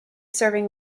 serving